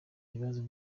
ibibazo